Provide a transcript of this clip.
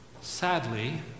Sadly